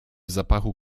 zapachu